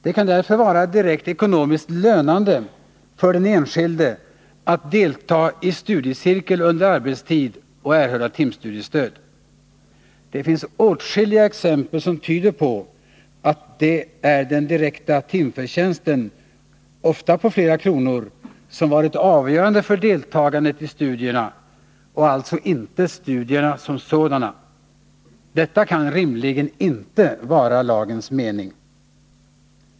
Det kan därför vara direkt ekonomiskt lönande för den enskilde att deltaga i studiecirkel under arbetstid och erhålla timstudiestöd. Det finns åtskilliga exempel som tyder på att det är den direkta timförtjänsten, ofta på flera kronor, som varit avgörande för deltagandet i studierna och alltså inte studierna som sådana. Detta kan rimligen inte vara lagens mening.